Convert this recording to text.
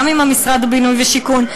גם עם משרד הבינוי והשיכון.